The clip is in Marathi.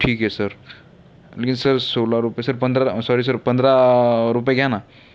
ठीक आहे सर लेकिन सर सोळा रुपये सर पंधरा रुपये सॉरी सर पंधरा रुपये घ्या ना